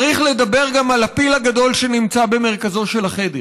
צריך לדבר גם על הפיל הגדול שנמצא במרכזו של החדר: